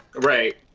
right,